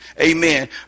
amen